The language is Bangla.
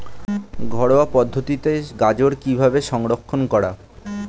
ঘরোয়া পদ্ধতিতে গাজর কিভাবে সংরক্ষণ করা?